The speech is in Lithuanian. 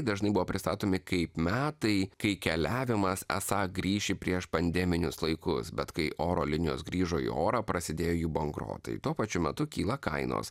dažnai buvo pristatomi kaip metai kai keliavimas esą grįš į prieš pandeminius laikus bet kai oro linijos grįžo į orą prasidėjo jų bankrotai tuo pačiu metu kyla kainos